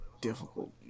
difficult